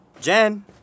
Jen